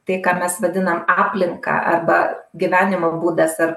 tai ką mes vadinam aplinka arba gyvenimo būdas ar